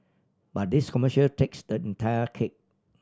but this commercial takes the entire cake